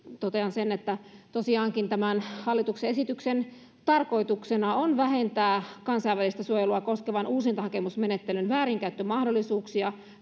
totean sen että tosiaankin tämän hallituksen esityksen tarkoituksena on vähentää kansainvälistä suojelua koskevan uusintahakemusmenettelyn väärinkäyttömahdollisuuksia